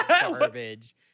garbage